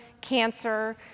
cancer